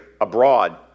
abroad